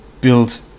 build